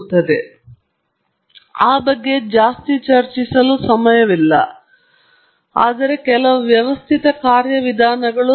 ಇದರ ಅರ್ಥವೇನೆಂದರೆ ನಾನು 10 ನ ಅಂಶದಿಂದ ಎಸ್ಎನ್ಆರ್ನಲ್ಲಿ ಒಂದು ಪತನವನ್ನು ಹೊಂದಿದ್ದೇನೆ ಅಂದರೆ ದೋಷಗಳು 10 ರ ವರ್ಗಮೂಲದಿಂದ ಹೆಚ್ಚಾಗಬೇಕು ಇದು ಸುಮಾರು 3